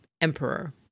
emperor